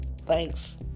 thanks